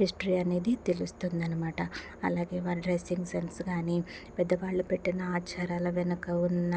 history అనేది తెలుస్తుందనమాట అలాగే వారి డ్రెస్సింగ్ సెన్స్ కాని పెద్దవాళ్ళు పెట్టిన ఆచారాల వెనక ఉన్న